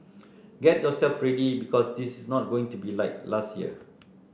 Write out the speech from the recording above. get yourself ready because this is not going to be like last year